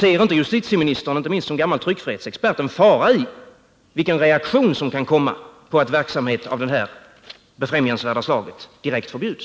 Ser inte justitieministern, inte minst som gammal tryckfrihetsexpert, en fara i den reaktion som kan komma när verksamhet av det här befrämjansvärda slaget direkt förbjuds?